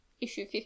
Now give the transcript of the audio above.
issue